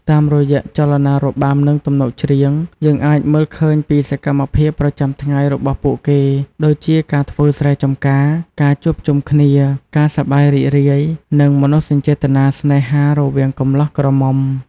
តាមរយៈចលនារបាំ និងទំនុកច្រៀង យើងអាចមើលឃើញពីសកម្មភាពប្រចាំថ្ងៃរបស់ពួកគេ ដូចជាការធ្វើស្រែចម្ការ ការជួបជុំគ្នា ការសប្បាយរីករាយ និងមនោសញ្ចេតនាស្នេហារវាងកំលោះក្រមុំ។